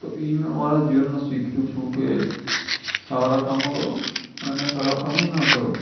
તો એ મેં મારા જીવનમાં શીખ્યું છું કે સારા કામો કરો અને ખરાબ કામો ના કરો